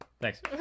Thanks